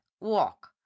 Walk